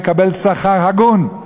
יקבל שכר הגון.